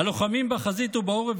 הלוחמים בחזית ובעורף,